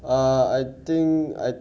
aku baru lima puluh enam minit sia